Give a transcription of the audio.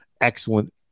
excellent